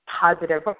positive